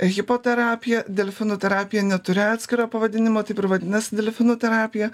hipoterapija delfinų terapija neturi atskiro pavadinimo taip ir vadinasi delfinų terapija